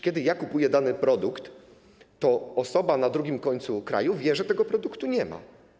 Kiedy kupuję dany produkt, osoba na drugim końcu kraju wie, że tego produktu nie ma.